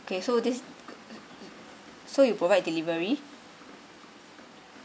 okay so this so you provide delivery